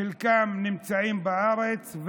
חלקם נמצאים בארץ,